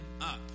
up